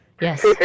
Yes